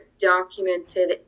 documented